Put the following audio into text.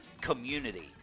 community